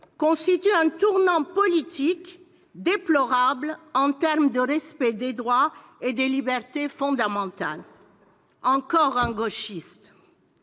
constitue un tournant politique déplorable en termes de respect des droits et des libertés fondamentales »? Encore un gauchiste